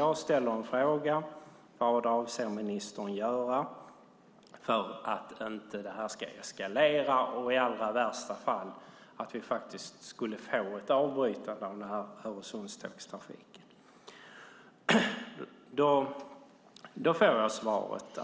Jag ställer en fråga: Vad avser ministern att göra för att det här inte ska eskalera och vi i allra värsta fall skulle få ett avbrytande av Öresundstågstrafiken? Då får jag svaret